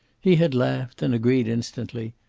he had laughed, and agreed instantly,